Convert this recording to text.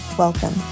Welcome